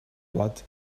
blood